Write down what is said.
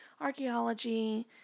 archaeology